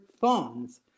funds